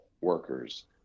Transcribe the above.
workers